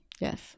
yes